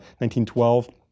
1912